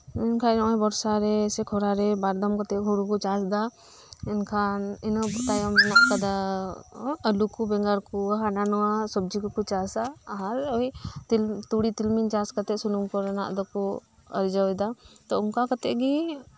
ᱢᱮᱱᱠᱷᱟᱱ ᱱᱚᱜ ᱚᱭ ᱵᱚᱨᱥᱟᱨᱮ ᱥᱮ ᱠᱷᱚᱨᱟᱨᱮ ᱵᱟᱨᱫᱷᱟᱣ ᱠᱟᱛᱮᱫ ᱦᱳᱲᱳᱠᱚ ᱪᱟᱥ ᱮᱫᱟ ᱮᱱᱠᱷᱟᱱ ᱤᱱᱟᱹ ᱛᱟᱭᱚᱢ ᱦᱮᱱᱟᱜ ᱟᱠᱟᱫᱟ ᱟᱹᱞᱩᱠᱩ ᱵᱮᱸᱜᱟᱲᱠᱚ ᱦᱟᱱᱟ ᱱᱟᱶᱟ ᱥᱚᱵᱽᱡᱤ ᱠᱚ ᱪᱟᱥᱟ ᱟᱨ ᱳᱭ ᱛᱩᱲᱤ ᱛᱤᱞᱢᱤᱧ ᱪᱟᱥᱠᱟᱛᱮᱫ ᱥᱩᱱᱩᱢ ᱠᱚᱨᱮᱱᱟᱜ ᱫᱚᱠᱩ ᱟᱹᱨᱡᱟᱹᱣᱮᱫᱟ ᱛᱚ ᱚᱱᱠᱟ ᱠᱟᱛᱮᱫ ᱜᱮ